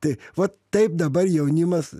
tai vat taip dabar jaunimas